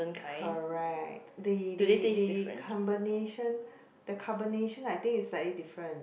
correct the the the combination the combination I think is slightly different